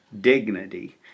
dignity